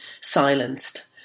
silenced